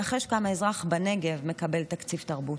נחש כמה אזרח בנגב מקבל תקציב תרבות.